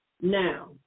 Now